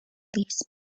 these